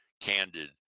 candid